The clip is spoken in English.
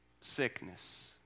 sickness